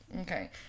Okay